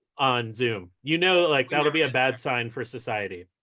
on zoom. you know like that'll be a bad sign for society.